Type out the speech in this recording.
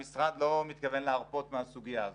המשרד לא מתכוון להרפות מהסוגיה הזאת.